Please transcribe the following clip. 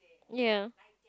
ya